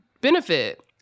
benefit